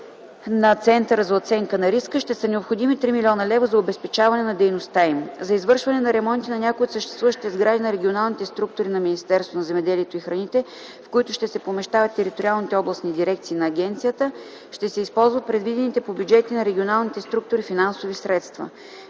на Центъра за оценка на риска, ще са необходими 3 млн. лв. за обезпечаване на дейността им. За извършване на ремонти на някои от съществуващите сгради на регионалните структури на Министерството на земеделието и храните, в които ще се помещават териториалните областни дирекции на агенцията, ще се използват предвидените по бюджетите на регионалните структури финансови средства.